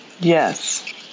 Yes